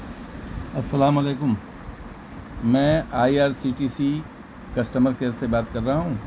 السلام علیکم میں I R C T C customer care سے بات کر رہا ہوں